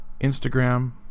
Instagram